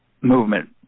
movement